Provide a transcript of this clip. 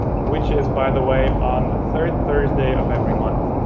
which is, by the way, on the third thursday of every month.